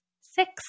Six